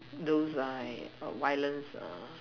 those like violence err